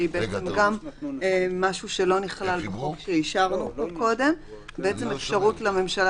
שהיא גם משהו שלא נכלל בחוק שאישרנו פה קודם והיא מדברת על אפשרות לממשלה